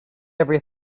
every